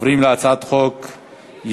עוברים להצעת חוק-יסוד: